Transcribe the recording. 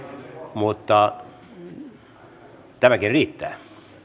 mutta tämäkin riittää